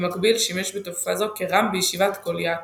במקביל שימש בתקופה זו כר"מ בישיבת קול יעקב.